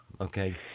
Okay